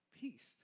peace